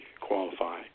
qualify